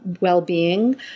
well-being